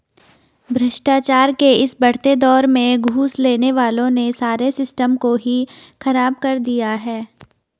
भ्रष्टाचार के इस बढ़ते दौर में घूस लेने वालों ने सारे सिस्टम को ही खराब कर दिया है